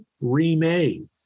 remade